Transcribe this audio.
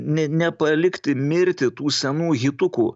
ne nepalikti mirti tų senų hitukų